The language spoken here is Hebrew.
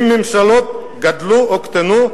האם ממשלות גדלו או קטנו.